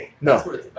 No